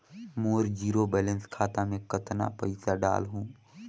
मोर zero balance खाता मे कतना पइसा डाल हूं?